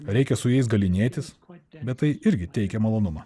reikia su jais galynėtis bet tai irgi teikia malonumą